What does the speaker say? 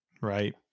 Right